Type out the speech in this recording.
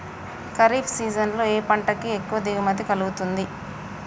Kharif season లో ఏ పంట కి ఎక్కువ దిగుమతి కలుగుతుంది?